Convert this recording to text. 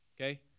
Okay